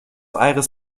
aires